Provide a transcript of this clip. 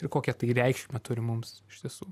ir kokią reikšmę turi mums iš tiesų